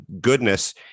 goodness